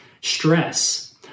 stress